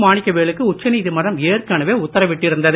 மாணிக்கவேலுக்கு உச்ச நீதிமன்றம் ஏற்கனவே உத்தரவிட்டிருந்தது